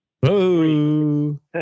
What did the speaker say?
Boo